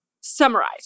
Summarize